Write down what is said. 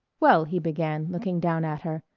well, he began, looking down at her,